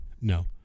No